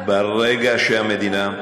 ברגע שהמדינה,